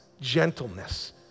gentleness